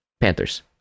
Panthers